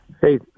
Hey